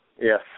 yes